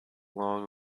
long